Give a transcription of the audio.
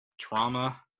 trauma